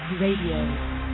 RADIO